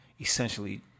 essentially